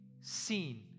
seen